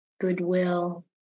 goodwill